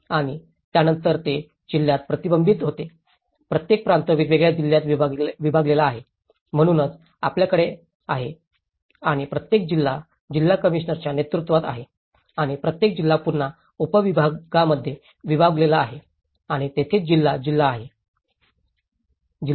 आणि त्यानंतर हे जिल्ह्यात प्रतिबिंबित होते प्रत्येक प्रांत वेगवेगळ्या जिल्ह्यात विभागलेला आहे म्हणूनच आपल्याकडे आहे आणि प्रत्येक जिल्हा जिल्हा कमिशनरच्या नेतृत्वात आहे आणि प्रत्येक जिल्हा पुन्हा उपविभागांमध्ये विभागलेला आहे आणि तिथेच जिल्हा जिल्हा आहे